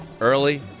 early